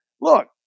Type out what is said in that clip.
Look